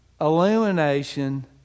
illumination